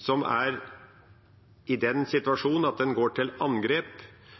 som er i den situasjon at en går til angrep